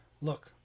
Look